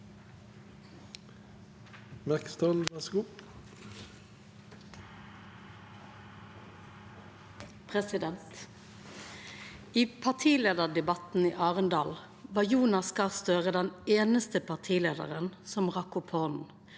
I partileiar- debatten i Arendal var Jonas Gahr Støre den einaste partileiaren som rekte opp handa